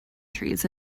trees